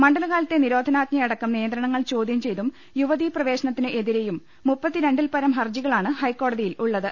മണ്ഡലകാലത്തെ നിരോധനാജ്ഞ അടക്കം നിയന്ത്രണങ്ങൾ ചോദ്യം ചെയ്തും യുവതി പ്രവേശനത്തിനെതിരെയും മുപ്പത്തിരണ്ടിൽപ്പരം ഹരജികളാണ് ഹൈക്കോടതിയിൽ ഉള്ളത്